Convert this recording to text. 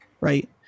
right